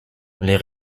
les